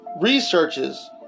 researches